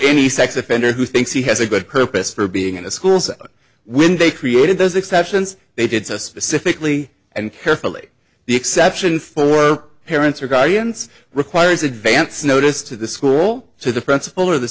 any sex offender who thinks he has a good purpose for being in the schools when they created those exceptions they did so specifically and carefully the exception for parents or guardians requires advance notice to the school to the principal or the